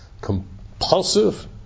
compulsive